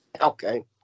Okay